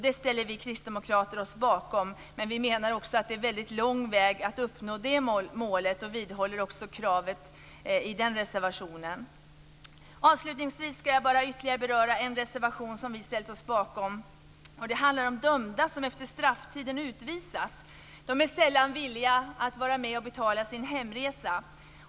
Detta ställer vi kristdemokrater oss bakom men vi menar också att det är en väldigt lång väg fram till att det målet uppnås. Vi vidhåller alltså även kravet i den reservationen. Sedan gäller det ytterligare en reservation som vi har ställt oss bakom. Det handlar om dömda som efter strafftiden utvisas. De är sällan villiga att vara med och betala sin hemresa.